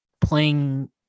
playing